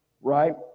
right